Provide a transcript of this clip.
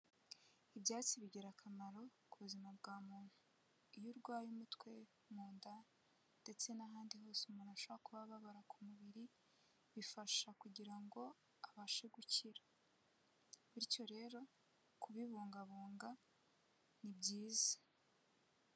Ibyatsi bigira akamaro ku buzima bwa muntu. Iyo urwaye umutwe, mu nda, ndetse n'ahandi hose umuntu ashobora kuba ababara ku mubiri, bifasha kugira ngo abashe gukira. Bityo rero kubibungabunga ni byiza.